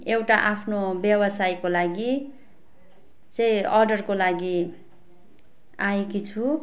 एउटा आफ्नो व्यवसायको लागि चाहिँ अर्डरको लागि आएकी छु